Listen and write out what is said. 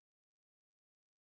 but no gun